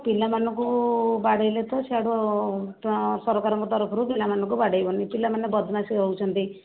ପିଲାମାନଙ୍କୁ ବାଡେ଼ଇଲେ ତ ସିଆଡ଼ୁ ତ ସରକାରଙ୍କ ତରଫରୁ ପିଲାମାନଙ୍କୁ ବାଡ଼େଇବନି ପିଲାମାନେ ବଦମାସି ହେଉଛନ୍ତି